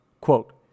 Quote